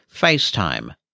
facetime